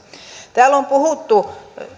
täällä on puhuttu